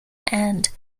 and